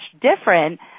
different